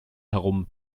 herum